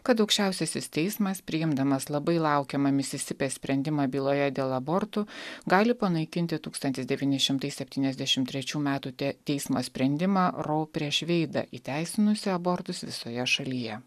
kad aukščiausiasis teismas priimdamas labai laukiamą misisipės sprendimą byloje dėl abortų gali panaikinti tūkstantis devyni šimtai septyniasdešimt trečių metų teismo sprendimą rou prieš veidą įteisinusį abortus visoje šalyje